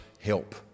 help